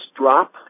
drop